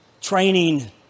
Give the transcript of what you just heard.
training